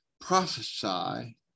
prophesy